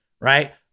right